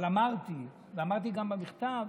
אבל אמרתי, ואמרתי גם במכתב,